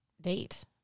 date